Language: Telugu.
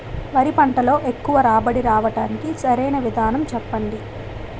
వరి పంటలో ఎక్కువ రాబడి రావటానికి సరైన విధానం చెప్పండి?